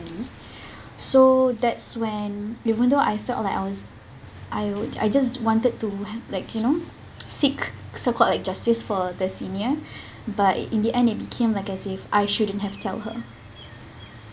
apparently so that's when even though I felt like I was I w~ I just wanted to like you know seek so called like justice for the senior but in the end it became like as if I shouldn't have tell her